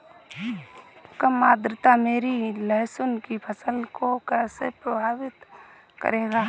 कम आर्द्रता मेरी लहसुन की फसल को कैसे प्रभावित करेगा?